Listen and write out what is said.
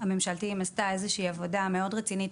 הממשלתיים עשתה איזה שהיא עבודה מאוד רצינית